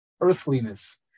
earthliness